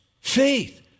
faith